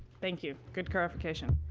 thank you. good clarification.